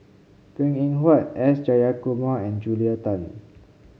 Png Eng Huat S Jayakumar and Julia Tan